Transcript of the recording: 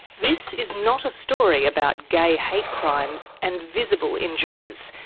this is not a story about gay hate crimes and visible injuries,